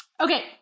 Okay